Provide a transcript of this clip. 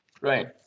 Right